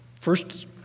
first